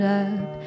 up